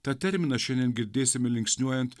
tą terminą šiandien girdėsime linksniuojant